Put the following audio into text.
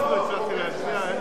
אני הצבעתי.